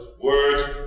words